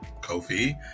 Kofi